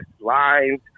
lines